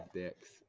dicks